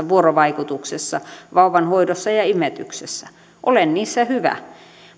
vuorovaikutuksessa vauvanhoidossa ja ja imetyksessä olen niissä hyvä